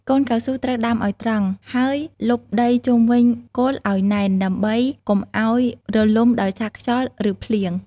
កូនកៅស៊ូត្រូវដាំឱ្យត្រង់ ហើយលប់ដីជុំវិញគល់ឱ្យណែន ដើម្បីកុំឱ្យរលំដោយសារខ្យល់ ឬភ្លៀង។